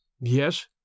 Yes